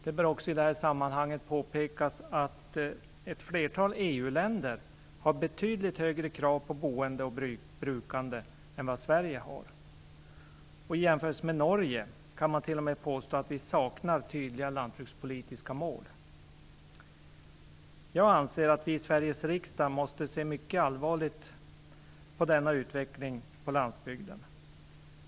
Det bör också i detta sammanhang påpekas att ett flertal EU-länder har betydligt högre krav på boende och brukande än vad Sverige har. I jämförelse med Norge kan man t.o.m. påstå att vi saknar tydliga landsbygdspolitiska mål. Jag anser att vi i Sveriges riksdag måste se mycket allvarligt på denna utveckling på landsbygden.